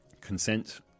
consent